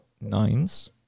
Nines